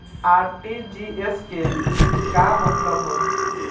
RTGS के का मतलब होला?